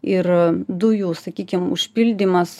ir dujų sakykim užpildymas